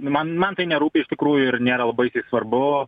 man man tai nerūpi iš tikrųjų ir nėra labai tai svarbu